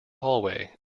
hallway